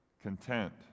content